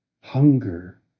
hunger